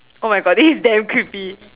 oh my God this is damn creepy